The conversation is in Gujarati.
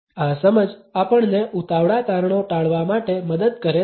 આ સમજ આપણને ઉતાવળા તારણો ટાળવા માટે મદદ કરે છે